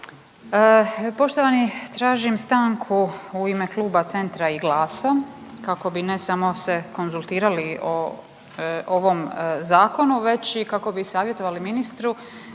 Poštovani. Tražim stanku u ime kluba Centra i GLAS-a kako bi ne samo se konzultirali o ovom zakonu već i kako bi savjetovali ministru